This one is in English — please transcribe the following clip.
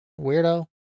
Weirdo